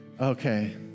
okay